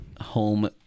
home